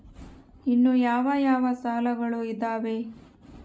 ಇನ್ನು ಯಾವ ಯಾವ ಸಾಲಗಳು ಇದಾವೆ?